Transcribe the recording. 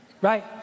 Right